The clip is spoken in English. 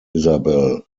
isabel